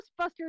Ghostbusters